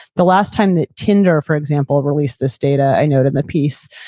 the last time that tinder for example released this data, i note in the piece,